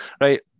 right